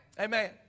Amen